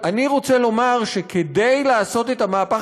אני רוצה לומר שכדי לעשות את המהפך